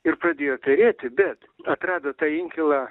ir pradėjo perėti bet atrado tą inkilą